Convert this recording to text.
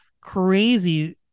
crazy